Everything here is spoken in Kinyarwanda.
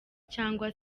cyangwa